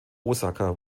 osaka